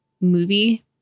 movie